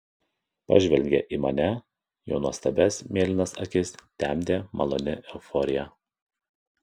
pažvelgė į mane jo nuostabias mėlynas akis temdė maloni euforija